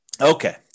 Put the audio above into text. Okay